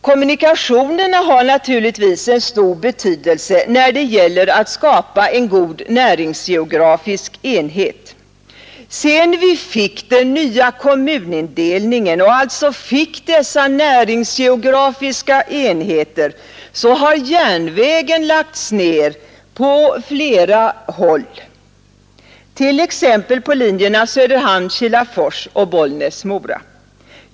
Kommunikationerna har naturligtvis stor betydelse när det gäller att skapa goda näringsgeografiska enheter. Sedan vi fick den nya kommunindelningen och alltså fick dessa näringsgeografiska enheter har järnvägen lagts ned på flera håll, t.ex. på linjerna Söderhamn-Kilafors och Bollnäs Orsa.